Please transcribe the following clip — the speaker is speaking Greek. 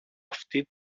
αυτή